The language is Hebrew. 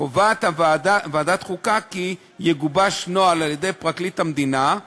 קובעת ועדת חוקה כי יגובש נוהל על-ידי פרקליט המדינה,